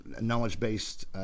knowledge-based